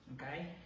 okay